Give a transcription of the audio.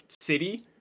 city